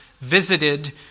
visited